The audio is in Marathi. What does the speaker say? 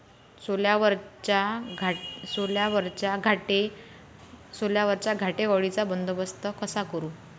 सोल्यावरच्या घाटे अळीचा बंदोबस्त कसा करू?